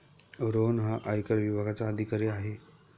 रोहन हा आयकर विभागाचा अधिकारी आहे